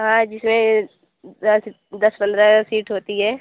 हाँ जिसमें दस दस पन्द्रह सीट होती है